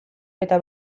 eta